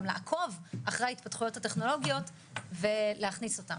גם לעקוב אחרי ההתפתחויות הטכנולוגיות ולהכניס אותם.